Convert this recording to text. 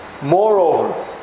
Moreover